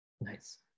Nice